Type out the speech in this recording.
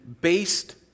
based